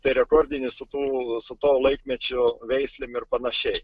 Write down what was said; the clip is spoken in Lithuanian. tai rekordinis su tų su to laikmečio veislėm ir panašiai